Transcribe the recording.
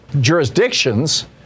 jurisdictions